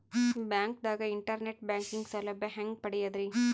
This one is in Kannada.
ಬ್ಯಾಂಕ್ದಾಗ ಇಂಟರ್ನೆಟ್ ಬ್ಯಾಂಕಿಂಗ್ ಸೌಲಭ್ಯ ಹೆಂಗ್ ಪಡಿಯದ್ರಿ?